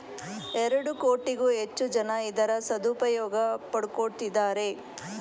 ಎರಡು ಕೋಟಿಗೂ ಹೆಚ್ಚು ಜನ ಇದರ ಸದುಪಯೋಗ ಪಡಕೊತ್ತಿದ್ದಾರೆ